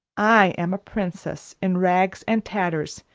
i am a princess in rags and tatters,